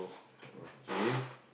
okay